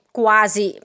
quasi